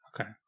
okay